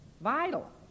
vital